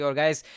guys